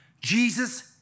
Jesus